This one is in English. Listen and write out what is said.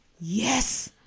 yes